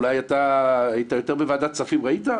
אולי אתה היית יותר בוועדת כספים וראית?